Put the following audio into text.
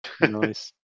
Nice